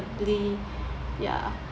comfortably ya